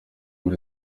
muri